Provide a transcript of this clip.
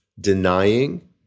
denying